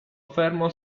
fermo